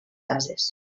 bases